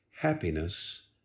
happiness